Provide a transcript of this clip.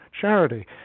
charity